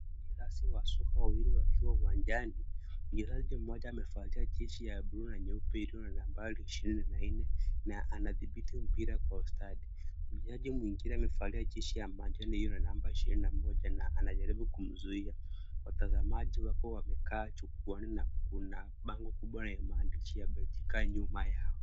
Wachezaji wawili wa soka wakiwa uwanjani. Mchezaji mmoja amevalia ya blue na nyeupe iliyo nambari ishirini na nne na anadhibiti mpira kwa stadi. Mchezaji mwingine amevalia jezi ya majani iliyo na nambari ishirini na moja na anajaribu kumzuia. Wachezaji wako wamekaa jukwaani na kuna mabango ya maandishi ya betika nyuma yao.